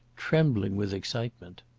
trembling with excitement.